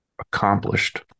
accomplished